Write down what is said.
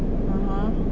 (uh huh)